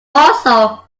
also